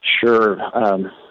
Sure